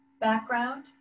background